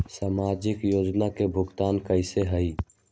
समाजिक योजना के भुगतान कैसे होई?